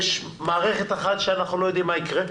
יש מערכת אחת שאנחנו לא יודעים מה יקרה,